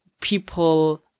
people